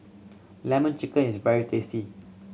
Lemon Chicken is very tasty